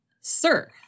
Sir